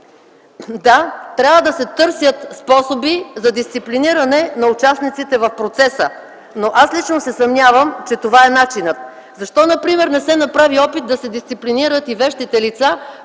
Да, трябва да се търсят способи за дисциплиниране на участниците в процеса. Аз лично обаче се съмнявам, че това е начинът. Защо например не се направи опит да се дисциплинират и вещите лица,